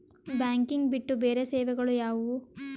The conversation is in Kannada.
ಬ್ಯಾಂಕಿಂಗ್ ಬಿಟ್ಟು ಬೇರೆ ಸೇವೆಗಳು ಯಾವುವು?